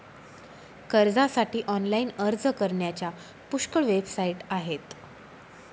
कर्जासाठी ऑनलाइन अर्ज करण्याच्या पुष्कळ वेबसाइट आहेत